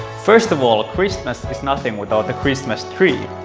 first of all, christmas is nothing without a christmas tree.